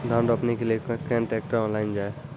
धान रोपनी के लिए केन ट्रैक्टर ऑनलाइन जाए?